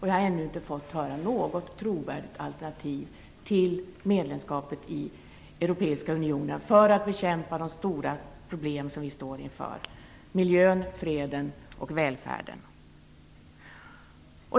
Jag har ännu inte fått höra något trovärdigt alternativ till medlemskapet i Europeiska unionen för att bekämpa de stora problem vi står inför - miljön, freden och välfärden.